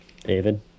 David